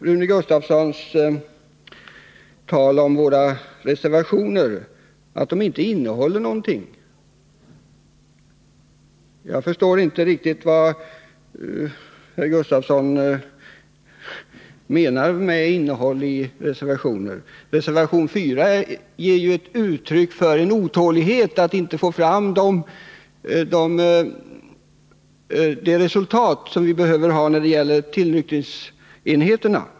Rune Gustavsson sade att våra reservationer inte innehåller någonting. Jag förstår inte riktigt vad herr Gustavsson menar med innehåll i reservationer. Reservation 4 ger ju uttryck för en otålighet för att vi inte får fram det resultat som vi behöver när det gäller tillnyktringsenheterna.